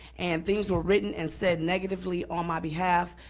and things were written and said negatively on my behalf,